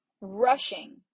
rushing